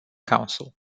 council